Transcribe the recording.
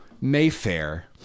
Mayfair